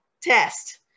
test